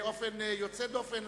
באופן יוצא דופן,